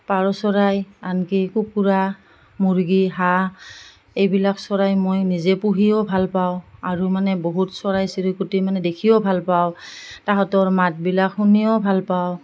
পাৰ চৰাই আনকি কুকুৰা মুৰ্গী হাঁহ এইবিলাক চৰাই মই নিজে পুহিও ভাল পাওঁ আৰু মানে বহুত চৰাই চিৰিকটি মানে দেখিও ভাল পাওঁ তাহাঁতৰ মাতবিলাক শুনিও ভাল পাওঁ